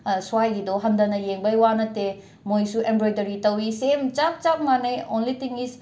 ꯁ꯭ꯋꯥꯏꯒꯤꯗꯣ ꯍꯟꯗꯅ ꯌꯦꯡꯕꯒꯤ ꯋꯥ ꯅꯠꯇꯦ ꯃꯣꯏꯁꯨ ꯑꯦꯝꯕ꯭ꯔꯣꯏꯗꯔꯤ ꯇꯧꯏ ꯁꯦꯝ ꯆꯞ ꯆꯞ ꯃꯥꯟꯅꯩ ꯑꯣꯡꯂꯤ ꯇꯤꯡ ꯏꯁ